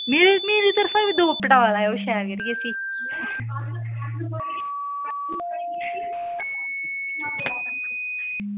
मेरी तरफा दौ पटाक लाओ इसी